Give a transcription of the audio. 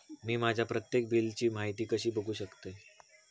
मी माझ्या प्रत्येक बिलची माहिती कशी बघू शकतय?